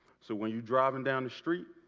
so when you drive and down the street